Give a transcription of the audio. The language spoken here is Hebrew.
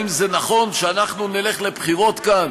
האם זה נכון שאנחנו נלך לבחירות כאן